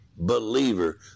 Believer